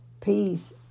Peace